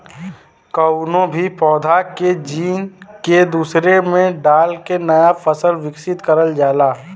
कउनो भी पौधा के जीन के दूसरे में डाल के नया फसल विकसित करल जाला